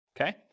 okay